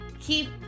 keep